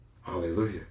Hallelujah